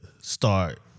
start